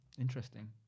interesting